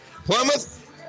Plymouth